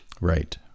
Right